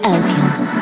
Elkins